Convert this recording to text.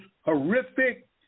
horrific